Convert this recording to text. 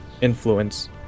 influence